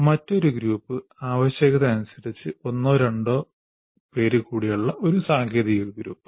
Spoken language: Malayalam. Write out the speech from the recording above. മറ്റൊരു ഗ്രൂപ്പ് ആവശ്യകത അനുസരിച്ച് ഒന്നോ രണ്ടോ പേര് കൂടിയുള്ള സാങ്കേതിക ഗ്രൂപ്പ്